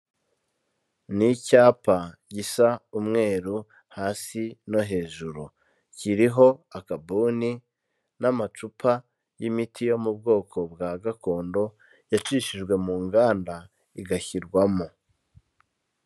Ni icyapa gisa umweru hasi no hejuru, kiriho akabuni n'amacupa y'imiti yo mu bwoko bwa gakondo, yacishijwe mu nganda igashyirwamo.